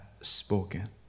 spoken